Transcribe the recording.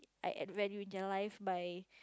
I add value in their life by